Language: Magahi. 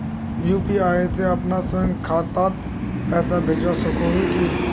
यु.पी.आई से अपना स्वयं खातात पैसा भेजवा सकोहो ही?